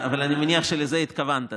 אבל אני מניח שלזה התכוונת,